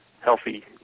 healthy